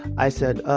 i said, umm,